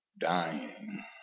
dying